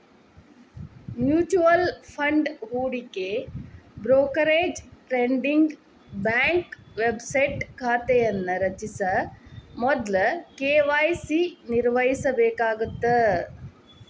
mutual fund ಹೂಡಿಕೆ brokerage trading bank website ಖಾತೆಯನ್ನ ರಚಿಸ ಮೊದ್ಲ ಕೆ.ವಾಯ್.ಸಿ ನಿರ್ವಹಿಸಬೇಕಾಗತ್ತ